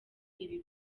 ibi